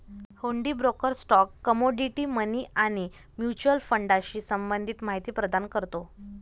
हुंडी broker stock, commodity, money आणि mutual फंडाशी संबंधित माहिती प्रदान करतो